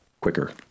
quicker